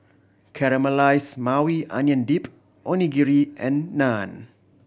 Caramelize Maui Onion Dip Onigiri and Naan